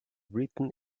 written